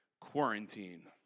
Quarantine